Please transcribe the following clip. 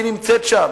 היא נמצאת שם,